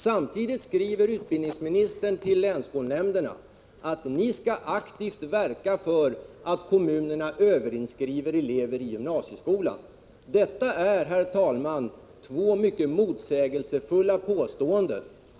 Samtidigt skriver utbildningsministern till länsskolnämnderna: Ni skall aktivt verka för att kommunerna överinskriver elever i gymnasieskolan. Detta är, herr talman, två mycket motsägelsefulla uttalanden.